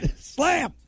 Slam